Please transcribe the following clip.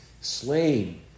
slain